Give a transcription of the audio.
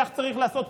כך צריך לעשות,